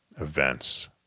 events